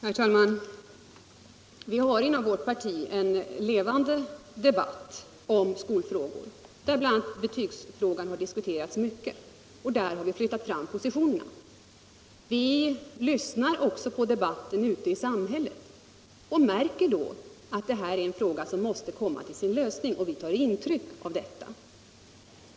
Herr talman! Vi har inom vårt parti en levande debatt om skolfrågor där bl.a. betygsfrågan har diskuterats mycket, och där har vi flyttat fram positionerna. Vi lyssnar också på debatten ute i samhället och vi tar intryck. Vi måste då konstatera att det här är en fråga som måste få en lösning.